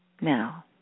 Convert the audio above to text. Now